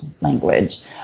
language